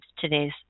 today's